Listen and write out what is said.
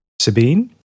sabine